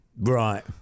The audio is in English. Right